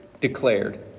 declared